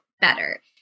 better